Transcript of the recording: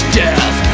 death